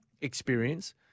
experience